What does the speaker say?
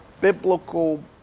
biblical